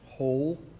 whole